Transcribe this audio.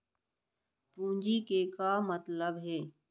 पूंजी के का मतलब हे?